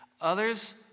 Others